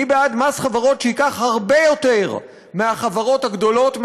אני בעד מס חברות שייקח הרבה יותר מהחברות הגדולות,